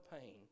pain